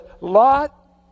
Lot